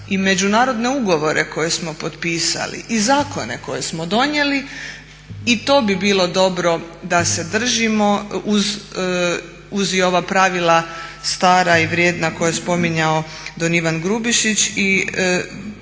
i međunarodne ugovore koje smo potpisali i zakone koje smo donijeli i to bi bilo dobro da se držimo uz i ova pravila stara i vrijedna koja je spominjao don Ivan Grubišić i